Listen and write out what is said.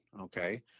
okay